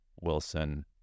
Wilson